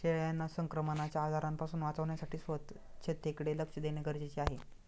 शेळ्यांना संक्रमणाच्या आजारांपासून वाचवण्यासाठी स्वच्छतेकडे लक्ष देणे गरजेचे आहे